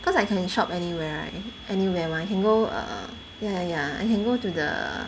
cause I can shop anywhere right anywhere [one] I can go err ya ya ya I can go to the